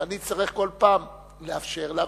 ואני אצטרך כל פעם לאפשר לה,